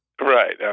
Right